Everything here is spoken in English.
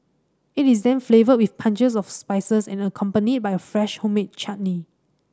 it is then flavoured with punches of spices and accompanied by a fresh homemade chutney